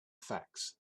facts